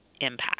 impact